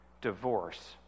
divorce